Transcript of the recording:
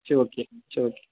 சரி ஓகே சரி ஓகே